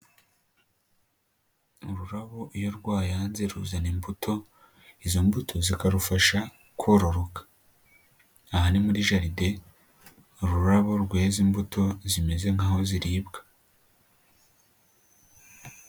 Ururabo iyo rwayanze ruzana imbuto, izo mbuto zikarufasha kororoka. Aha ni muri jaride ururabo rweze imbuto zimeze nk'aho ziribwa.